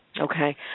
Okay